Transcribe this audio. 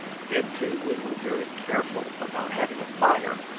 then, too, we were very careful about having a fire,